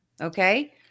Okay